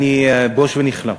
אני בוש ונכלם.